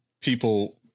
people